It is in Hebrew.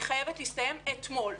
היא חייבת להסתיים אתמול,